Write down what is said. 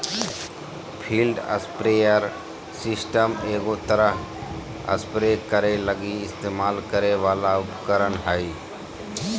field sprayer system एगो तरह spray करे लगी इस्तेमाल करे वाला उपकरण हइ